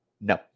no